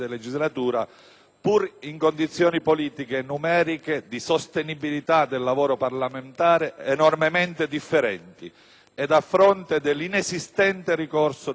pur in condizioni, politiche e numeriche, di sostenibilità del lavoro parlamentare enormemente differenti ed a fronte dell'inesistente ricorso da parte nostra